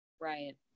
Right